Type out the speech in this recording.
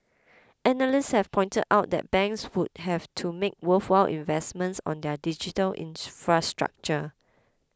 analysts have pointed out that banks would have to make worthwhile investments on their digital infrastructure